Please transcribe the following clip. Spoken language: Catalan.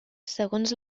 segons